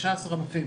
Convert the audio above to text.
שישה עשר ענפים.